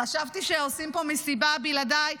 "חשבתי שעושים פה מסיבה בלעדיי,